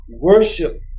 worship